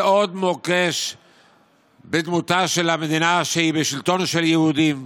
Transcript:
זה עוד מוקש בדמותה של המדינה שהיא בשלטון של יהודים.